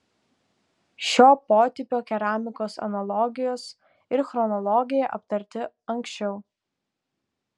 šio potipio keramikos analogijos ir chronologija aptarti anksčiau